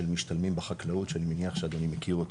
של משתלמים בחקלאות שאני מניח שאדוני מכיר אותו.